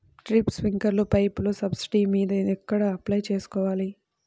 Drip, స్ప్రింకర్లు పైపులు subsidy మీద ఎక్కడ అప్లై చేసుకోవాలి?